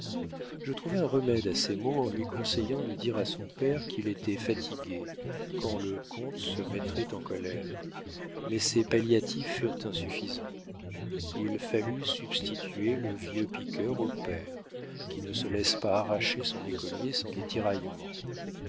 je trouvai un remède à ses maux en lui conseillant de dire à son père qu'il était fatigué quand le comte se mettrait en colère mais ces palliatifs furent insuffisants il fallut substituer le vieux piqueur au père qui ne se laissa pas arracher son écolier sans des tiraillements